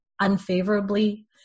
unfavorably